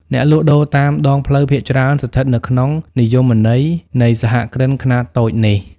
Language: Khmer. អ្នកលក់ដូរតាមដងផ្លូវភាគច្រើនស្ថិតនៅក្នុងនិយមន័យនៃសហគ្រិនភាពខ្នាតតូចនេះ ។